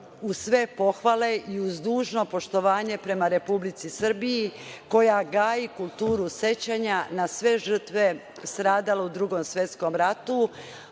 uz sve pohvale i uz dužno poštovanje prema Republici Srbiji, koja gaji kulturu sećanja na sve žrtve stradale u Drugom svetskom ratu,